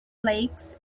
flakes